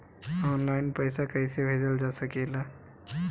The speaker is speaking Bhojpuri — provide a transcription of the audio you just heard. आन लाईन पईसा कईसे भेजल जा सेकला?